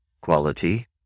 quality